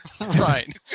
Right